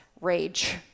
rage